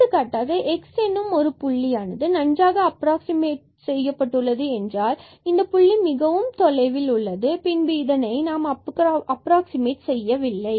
எடுத்துக்காட்டாக x எனும் புள்ளியானது நன்றாக அப்ராக்ஸிமட் செய்யப்பட்டுள்ளது என்றால் இந்த புள்ளி மிகவும் தொலைவில் உள்ளது பின்பு இதனை நாம் அப்ராக்ஸிமட் செய்ய வில்லை